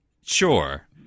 Sure